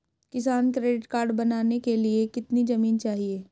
किसान credit card बनाने के लिए कितनी जमीन चाहिए?